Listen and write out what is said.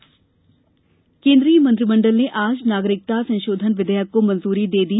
मंत्रिमंडल मंजूरी केन्द्रीय मंत्रिमण्डल ने आज नागरिकता संशोधन विधेयक को मंजूरी दे दी